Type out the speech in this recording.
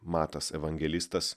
matas evangelistas